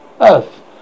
Earth